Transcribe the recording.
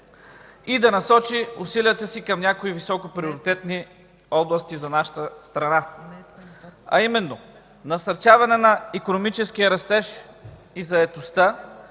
и да насочи усилията си към някои високоприоритетни области за нашата страна, а именно насърчаване на икономическия растеж и заетостта,